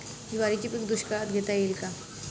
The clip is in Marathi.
ज्वारीचे पीक दुष्काळात घेता येईल का?